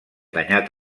danyat